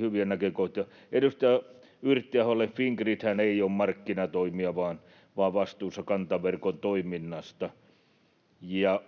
hyviä näkökohtia. Edustaja Yrttiaholle: Fingridhän ei ole markkinatoimija vaan vastuussa kantaverkon toiminnasta. Ja